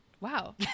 wow